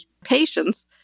patients